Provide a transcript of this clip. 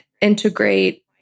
integrate